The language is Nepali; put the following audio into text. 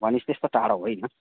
भनेपछि त्यस्तो टाडो होइन